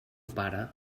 pare